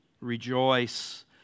Rejoice